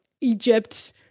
Egypt